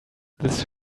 this